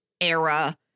era